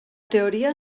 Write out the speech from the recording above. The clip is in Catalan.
teoria